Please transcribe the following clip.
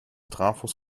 trafos